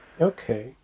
Okay